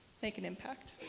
like an impact.